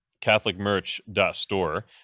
catholicmerch.store